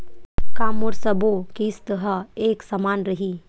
का मोर सबो किस्त ह एक समान रहि?